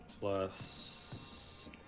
plus